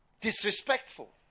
Disrespectful